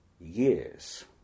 years